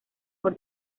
por